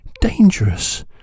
dangerous